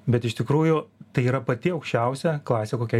bet iš tikrųjų tai yra pati aukščiausia klasė kokia